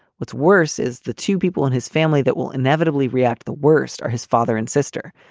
what's worse is the two people in his family that will inevitably react the worst are his father and sister.